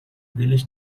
دلش